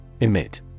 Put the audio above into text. Emit